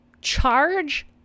charge